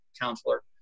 counselor